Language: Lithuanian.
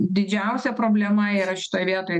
didžiausia problema yra šitoj vietoj